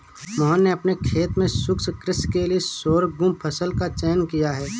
मोहन ने अपने खेत में शुष्क कृषि के लिए शोरगुम फसल का चयन किया है